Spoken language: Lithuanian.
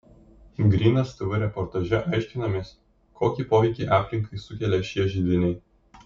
grynas tv reportaže aiškinamės kokį poveikį aplinkai sukelia šie židiniai